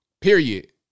Period